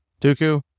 Dooku